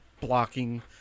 blocking